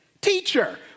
teacher